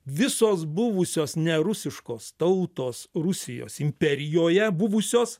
visos buvusios nerusiškos tautos rusijos imperijoje buvusios